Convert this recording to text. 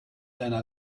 einer